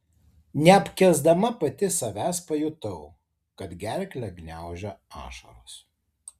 neapkęsdama pati savęs pajutau kad gerklę gniaužia ašaros